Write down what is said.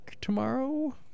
tomorrow